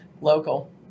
Local